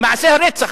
למעשה הרצח.